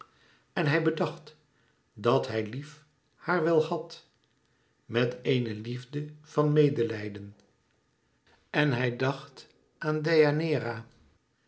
en hij bedacht dat hij lief haar wel had met eene liefde van medelijden en hij dacht aan